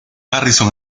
harrison